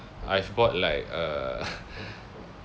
I've bought like uh